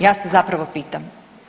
Ja se zapravo pitam.